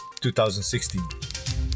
2016